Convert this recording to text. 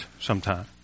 sometime